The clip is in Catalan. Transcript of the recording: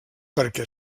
perquè